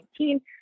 2019